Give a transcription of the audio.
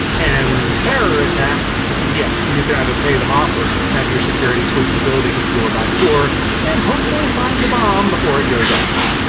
and terror attacks, yeah, you can either pay them off or have your security sweep the building floor by floor and hopefully find the bomb before it goes off.